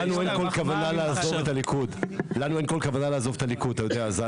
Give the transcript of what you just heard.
לנו אין כל כוונה לעזוב את הליכוד, אתה יודע.